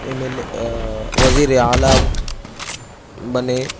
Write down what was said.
M L A وزیر اعلیٰ بنے